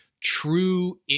true